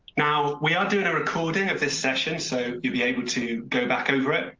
now we are doing a recording of this session, so you be able to go back over it.